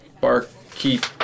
barkeep